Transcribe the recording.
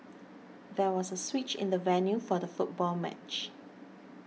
there was a switch in the venue for the football match